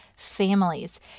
Families